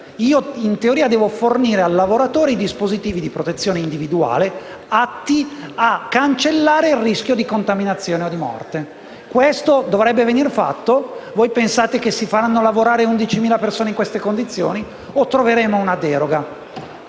in teoria vanno forniti ai lavoratori i dispositivi di protezione individuale atti a cancellare il rischio di contaminazione o di morte. Questo è quanto dovrebbe venire fatto. Pensate che si faranno lavorare 10.000 persone in queste condizioni o troveremo una deroga?